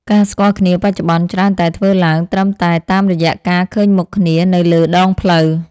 ការស្គាល់គ្នាបច្ចុប្បន្នច្រើនតែធ្វើឡើងត្រឹមតែតាមរយៈការឃើញមុខគ្នានៅលើដងផ្លូវ។